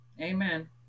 amen